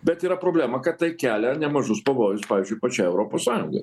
bet yra problema kad tai kelia nemažus pavojus pavyzdžiui pačiai europos sąjungoj